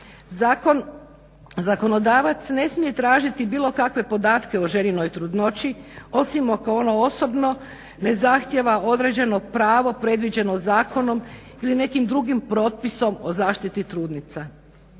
Zakonodavac ne smije tražiti bilo kakve podatke o ženinoj trudnoći, osim ako ona osobno ne zahtijeva određeno pravo predviđeno zakonom ili nekim drugim propisom o zaštiti trudnica.